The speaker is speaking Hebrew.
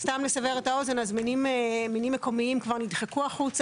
סתם לסבר את האוזן מינים מקומיים כבר נדחקו החוצה